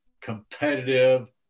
competitive